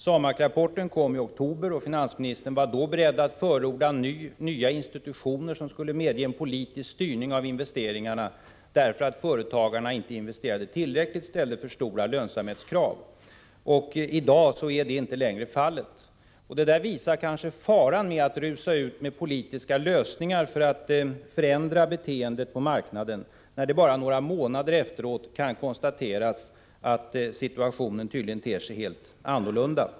SAMAK-rapporten kom i oktober, och finansministern var då beredd att förorda nya institutioner, som skulle medge en politisk styrning av investeringarna därför att företagarna inte investerade tillräckligt utan ställde för stora lönsamhetskrav. I dag är så inte längre fallet. Detta visar kanske faran i att rusa ut med politiska lösningar för att förändra beteendet på marknaden — när det bara några månader efteråt kan konstateras att situationen ter sig helt annorlunda.